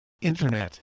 internet